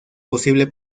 posible